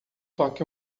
toque